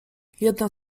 jedna